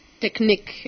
technique